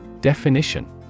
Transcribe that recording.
Definition